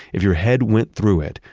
if your head went through it,